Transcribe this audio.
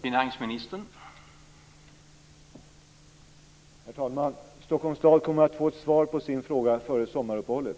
Herr talman! Stockholms stad kommer att få ett svar på sin fråga före sommaruppehållet.